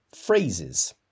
phrases